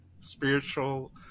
spiritual